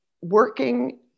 working